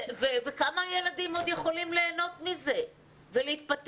וכמה ילדים עוד יכולים להנות מזה ולהתפתח?